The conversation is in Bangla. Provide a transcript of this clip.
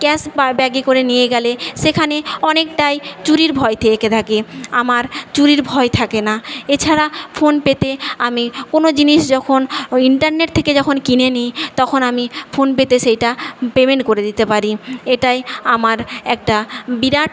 ক্যাশ ব্যাগে করে নিয়ে গেলে সেখানে অনেকটাই চুরির ভয় থেকে থাকে আমার চুরির ভয় থাকে না এছাড়া ফোনপেতে আমি কোনও জিনিস যখন ইন্টারনেট থেকে যখন কিনে নিই তখন আমি ফোনপেতে সেইটা পেমেন্ট করে দিতে পারি এইটাই আমার একটা বিরাট